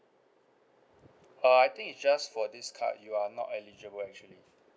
uh I think it's just for this card you are not eligible actually